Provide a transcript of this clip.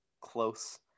close